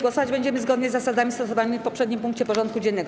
Głosować będziemy zgodnie z zasadami stosowanymi w poprzednim punkcie porządku dziennego.